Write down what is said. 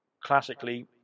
Classically